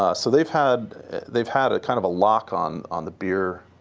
ah so they've had they've had a kind of a lock on on the beer